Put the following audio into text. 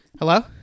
Hello